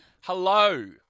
Hello